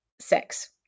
six